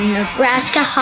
Nebraska